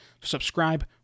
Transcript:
Subscribe